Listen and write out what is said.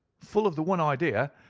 full of the one idea,